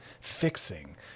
fixing